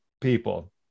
people